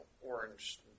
orange